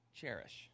cherish